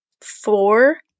four